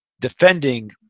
defending